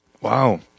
Wow